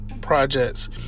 projects